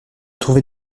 trouver